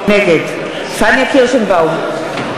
נגד פניה קירשנבאום,